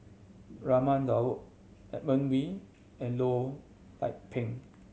Raman Daud Edmund Wee and Loh Lik Peng